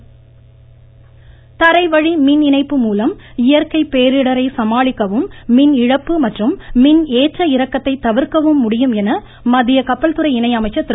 மமமமம பொன் ராதாகிருஷ்ணன் தரைவழி மின் இணைப்பு மூலம் இயற்கை பேரிடரை சமாளிக்கவும் மின் இழப்பு மற்றும் மின் ஏற்ற இறக்கத்தை தவிர்க்கவும் முடியும் என மத்திய கப்பல் துறை இணை அமைச்சர் திரு